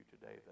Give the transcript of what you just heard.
today